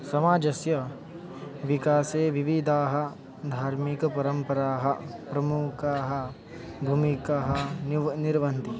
समाजस्य विकासे विविधाः धार्मिकपरम्पराः प्रमुखाः भूमिकाः निव निर्वहन्ति